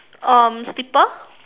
um slipper